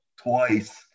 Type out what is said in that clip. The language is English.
twice